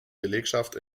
belegschaft